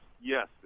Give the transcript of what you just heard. yes